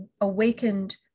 awakened